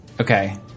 Okay